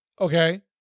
Okay